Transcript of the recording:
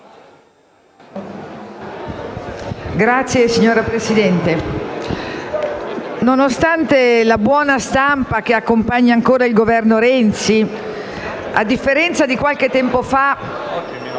Signora Presidente, nonostante la buona stampa che accompagna ancora il Governo Renzi, a differenza di qualche tempo fa...